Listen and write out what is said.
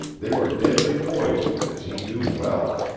they were deadly poison, as he knew well.